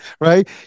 right